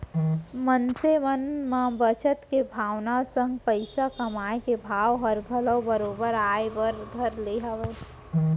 मनसे मन म बचत के भावना संग पइसा कमाए के भाव हर घलौ बरोबर आय बर धर ले हवय